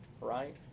right